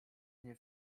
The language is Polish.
nie